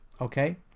Okay